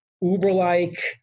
Uber-like